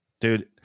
dude